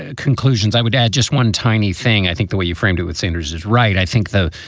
ah conclusions. i would add just one tiny thing. i think the way you framed it with sanders is right. i think, though,